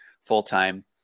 full-time